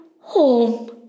home